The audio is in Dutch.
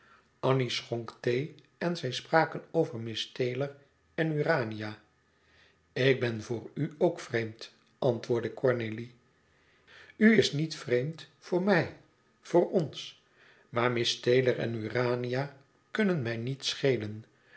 schonk thee en zij spraken over miss taylor en urania ik ben voor u ook vreemd antwoordde cornélie u is niet vreemd voor mij voor ons maar miss taylor en urania kunnen mij niets schelen